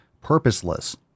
purposeless